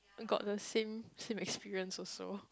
got the same same experience also